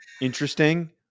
interesting